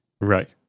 Right